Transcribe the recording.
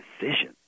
decision